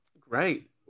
Great